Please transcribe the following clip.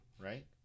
right